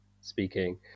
speaking